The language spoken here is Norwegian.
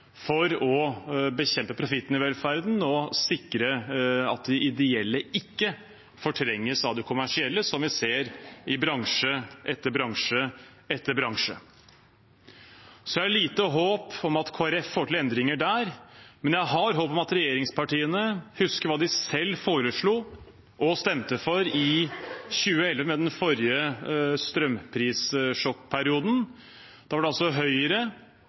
for å bekjempe profitten i velferden og sikre at de ideelle ikke fortrenges av de kommersielle, slik vi ser i bransje etter bransje. Så jeg har lite håp om at Kristelig Folkeparti får til endringer der, men jeg har håp om at regjeringspartiene husker hva de selv foreslo og stemte for i 2011, ved den forrige strømprissjokkperioden. Da var det altså Høyre,